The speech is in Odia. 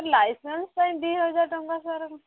ସାର୍ ଲାଇସେନ୍ସ୍ ପାଇଁ ଦୁଇ ହଜାର ଟଙ୍କା ସାର୍